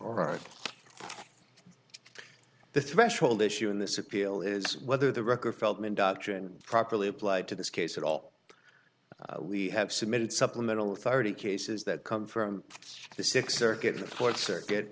all right the threshold issue in this appeal is whether the record feldman doctrine properly applied to this case at all we have submitted supplemental thirty cases that come from the six circuit court circuit